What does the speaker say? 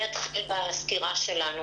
אתחיל בסקירה שלנו.